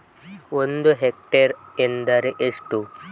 ಒಂದು ಹೆಕ್ಟೇರ್ ಎಂದರೆ ಎಷ್ಟು?